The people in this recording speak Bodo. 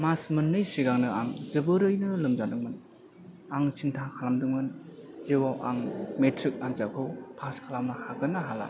मास मोननै सिगांनो आं जोबोरैनो लोमजादोंमोन आं सिन्था खालामदोंमोन जिउआव आं मेट्रिक आनजादखौ फास खालामनो हागोन ना हाला